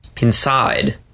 Inside